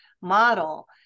model